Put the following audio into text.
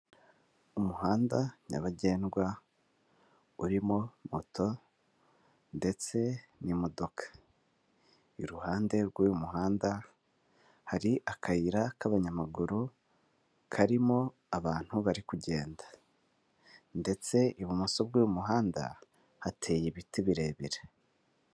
Umuhanda nyabagendwa urimo moto ndetse n'imodoka, iruhande rw'uyu muhanda hari akayira k'abanyamaguru karimo abantu bari kugenda ndetse ibumoso bw'uyu muhanda hateye ibiti birebire.